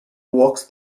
walks